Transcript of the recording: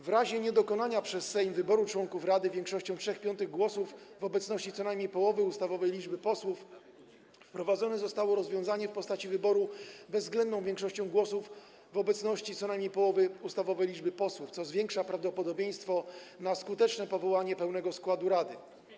W razie niedokonania przez Sejm wyboru członków rady większością 3/5 głosów w obecności co najmniej połowy ustawowej liczby posłów wprowadzone zostało rozwiązanie w postaci wyboru bezwzględną większością głosów w obecności co najmniej połowy ustawowej liczby posłów, co zwiększa prawdopodobieństwo skutecznego powołania pełnego składu rady.